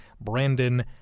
Brandon